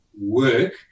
work